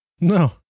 No